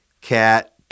Cat